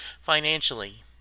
financially